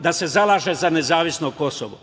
da se zalaže za nezavisno Kosovo.